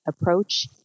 approach